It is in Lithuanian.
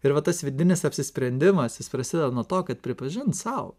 ir va tas vidinis apsisprendimas jis prasideda nuo to kad pripažint sau